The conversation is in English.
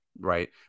right